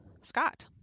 Scott